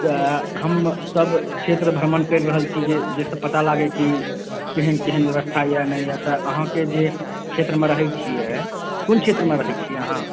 त हम सब क्षेत्र भ्रमण कैर रहल छी जे जाहिसँ पता लागए कि केहन केहन व्यवस्था नहि यऽ तऽ अहाँकेॅं जे क्षेत्र मे रहै छियै कोन क्षेत्र मे रहै छियै अहाँ